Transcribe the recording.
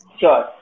Sure